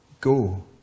go